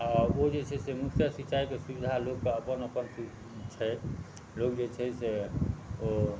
ओ जे छै से मुख्य सिंचाइके सुविधा लोगके अपन अपन छै लोग जे छै से ओ